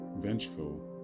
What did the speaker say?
vengeful